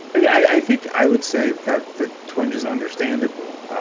i think i would say that the twinge is understandable,